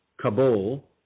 Kabul